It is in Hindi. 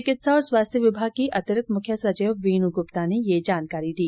चिकित्सा और स्वास्थ्य विभाग की अतिरिक्त मुख्य सचिव वीनू गुप्ता ने ये जानकारी दी